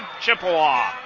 Chippewa